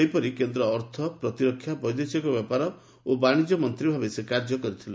ସେହିପରି କେନ୍ଦ୍ର ଅର୍ଥ ପ୍ରତିରକ୍ଷା ବୈଦେଶିକ ବ୍ୟାପାର ଓ ବାଣିଜ୍ୟ ମନ୍ତ୍ରୀ ଭାବେ ସେ କାର୍ଯ୍ୟ କରିଥିଲେ